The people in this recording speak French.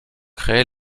créé